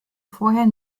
vorher